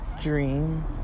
dream